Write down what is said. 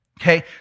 Okay